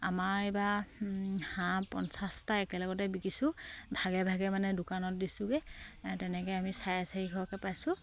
আমাৰ এইবাৰ হাঁহ পঞ্চাছটা একেলগতে বিকিছোঁ ভাগে ভাগে মানে দোকানত দিছোঁগে তেনেকে আমি চাৰে চাৰিশকে পাইছোঁ